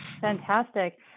Fantastic